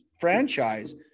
franchise